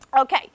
Okay